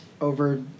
over